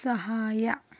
ಸಹಾಯ